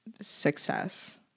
success